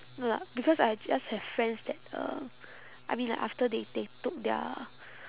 no lah because I just have friends that um I mean like after they they took their